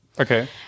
Okay